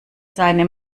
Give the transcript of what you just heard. seine